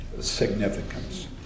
significance